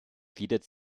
gliedert